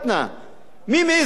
בין הודו לפקיסטן,